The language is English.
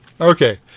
Okay